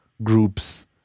groups